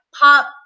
pop